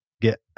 get